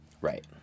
Right